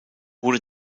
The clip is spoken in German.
wurde